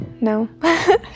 no